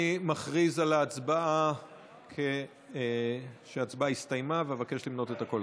אני קובע כי הצעת החוק לא נתקבלה.